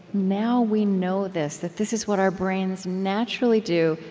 now we know this that this is what our brains naturally do,